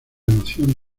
noción